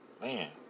man